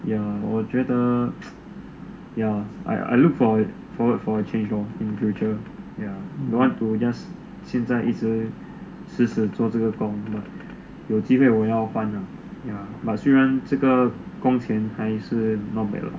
ya 我觉得 ya I I look forward for a change lor in future ya don't want to 现在一直死死做这个工有机会我要换啊 ya but 虽然这个工钱还是 not bad uh